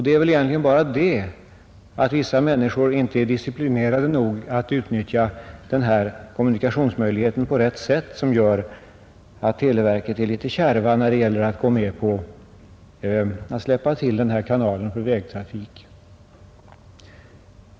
Det är väl egentligen bara så att vissa människor inte är disciplinerade nog att utnyttja denna kommunikationsmöjlighet på rätt sätt, som gör att televerket är litet kärvt när det gäller att släppa till den här kanalen för vägtrafik.